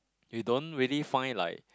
you don't really find like